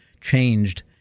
changed